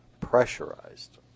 pressurized